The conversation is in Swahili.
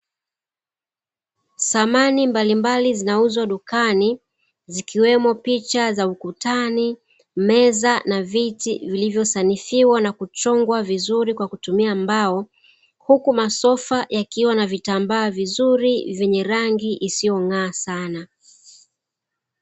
Samani mbalimbali zinauzwa dukani zikiwemo: picha za ukutani, meza, na viti vilivyosanifiwa na kuchongwa vizuri kwa kutumia mbao. Huku masofa yakiwa na vitambaa vizuri vyenye rangi isiyong'aa sana.